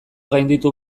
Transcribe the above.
gainditu